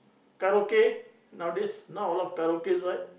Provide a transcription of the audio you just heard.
karaoke nowadays now a lot karaoke right